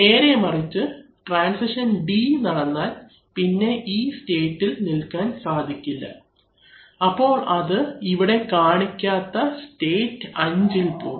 നേരെമറിച്ച് transition D നടന്നാൽ പിന്നെ ഈ സ്റ്റേറ്റ് ഇൽ നിൽക്കാൻ സാധിക്കില്ല അപ്പോൾ അത് ഇവിടെ കാണിക്കാത്ത സ്റ്റേറ്റ് 5ഇൽ പോകും